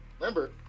remember